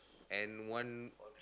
and one